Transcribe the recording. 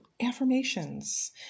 affirmations